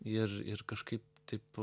ir ir kažkaip taip